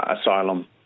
asylum